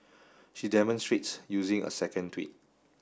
she demonstrates using a second tweet